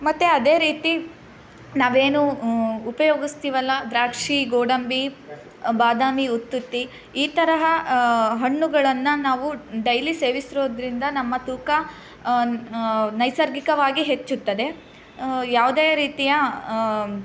ಮತ್ತೆ ಅದೇ ರೀತಿ ನಾವೇನು ಉಪಯೋಗಿಸ್ತೀವಲ್ಲ ದ್ರಾಕ್ಷಿ ಗೋಡಂಬಿ ಬಾದಾಮಿ ಉತ್ತುತ್ತಿ ಈ ತರಹ ಹಣ್ಣುಗಳನ್ನ ನಾವು ಡೈಲಿ ಸೇವಿಸೋದ್ರಿಂದ ನಮ್ಮ ತೂಕ ನೈಸರ್ಗಿಕವಾಗಿ ಹೆಚ್ಚುತ್ತದೆ ಯಾವುದೇ ರೀತಿಯ